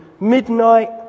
midnight